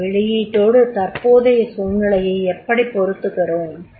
அந்த வெளியீட்டோடு தற்போதைய சூழ்னிலையை எப்படி பொருத்துகிறோம்